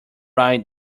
right